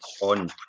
on